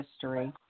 history